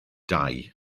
dau